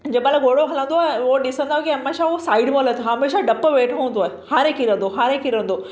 जंहिंमहिल घोड़ो हलंदो आहे उहो ॾिसंदो आहे की हमेशा उहो साइड में हलंदो हमेशा डपु वेठो हुंदो आहे हाणे किरंदो हाणे किरंदो